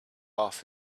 off